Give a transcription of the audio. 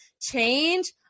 change